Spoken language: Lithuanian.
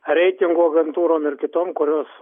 reitingų agentūrom ir kitom kurios